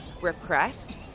repressed